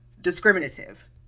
discriminative